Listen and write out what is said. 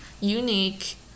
unique